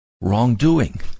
wrongdoing